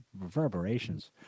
reverberations